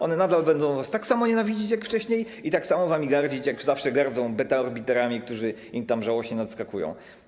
One nadal będą was tak samo nienawidzić jak wcześniej, tak samo wami gardzić, jak zawsze gardzą betaorbiterami, którzy im żałośnie nadskakują.